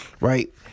Right